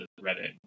Reddit